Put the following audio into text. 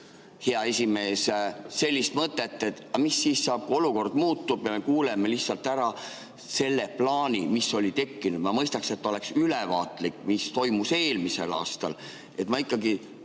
hea esimees, sellist mõtet, et mis siis saab, kui olukord muutub? Me kuulame lihtsalt ära selle plaani, mis on tekkinud. Ma mõistaks, et oleks ülevaade, mis toimus eelmisel aastal. Ma ikkagi